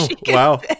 Wow